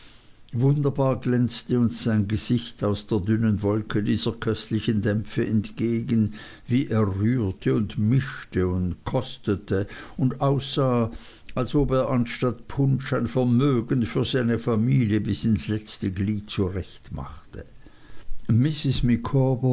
wunderbar glänzte uns sein gesicht aus der dünnen wolke dieser köstlichen dämpfe entgegen wie er rührte und mischte und kostete und aussah als ob er anstatt punsch ein vermögen für seine familie bis ins letzte glied zurechtmachte mrs